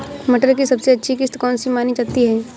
मटर की सबसे अच्छी किश्त कौन सी मानी जाती है?